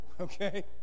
Okay